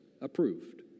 approved